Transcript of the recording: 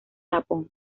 japón